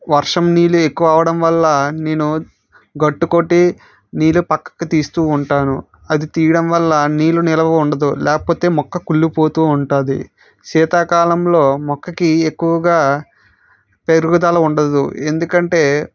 వర్షం నీళ్లు ఎక్కువ అవడం వల్ల నేను గట్టు కొట్టి నీళ్లు పక్కకు తీస్తూ ఉంటాను అది తీయడం వల్ల నీళ్లు నిల్వ ఉండదు లేకపోతే మొక్క కుళ్ళిపోతూ ఉంటుంది శీతాకాలంలో మొక్కకి ఎక్కువగా పెరుగుదల ఉండదు ఎందుకంటే